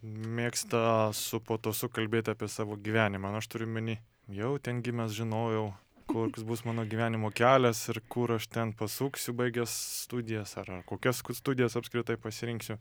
mėgsta su patosu kalbėti apie savo gyvenimą aš turiu omeny jau ten gimęs žinojau koks bus mano gyvenimo kelias ir kur aš ten pasuksiu baigęs studijas ar kokias studijas apskritai pasirinksiu